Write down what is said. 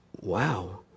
wow